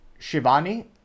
Shivani